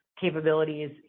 capabilities